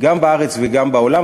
גם בארץ וגם בעולם.